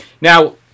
now